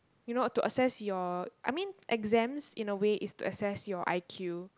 you know to assess your I mean exams in a way is to assess your I_Q